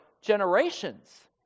generations